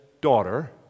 daughter